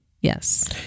Yes